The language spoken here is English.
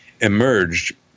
emerged